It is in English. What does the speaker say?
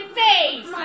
face